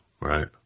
right